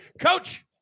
Coach